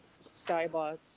skybox